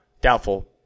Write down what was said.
doubtful